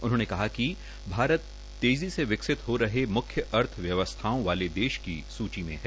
उन्होंने कहा कि भारत तेज़ी से विकसित हो रहे मुख्य अर्थव्यवस्थाओं वाले देश की सूची में है